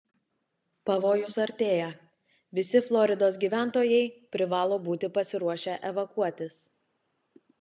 pavojus artėja visi floridos gyventojai privalo būti pasiruošę evakuotis